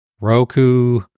Roku